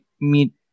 meet